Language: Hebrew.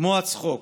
כמו הצחוק: